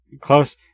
Close